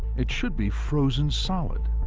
it should be frozen solid.